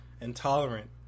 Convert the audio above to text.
intolerant